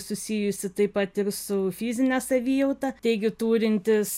susijusi taip pat ir su fizine savijauta taigi turintis